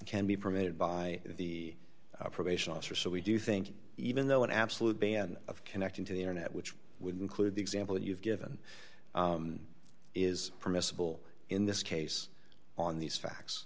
can be permitted by the probation officer so we do think even though an absolute ban of connecting to the internet which would include the example you've given is permissible in this case on these facts